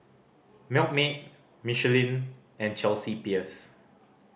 Milkmaid Michelin and Chelsea Peers